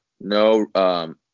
no